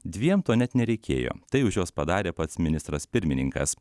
dviem to net nereikėjo tai už juos padarė pats ministras pirmininkas